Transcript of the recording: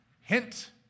Hint